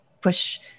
push